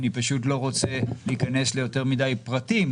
אני פשוט לא רוצה להיכנס ליותר מדי פרטים,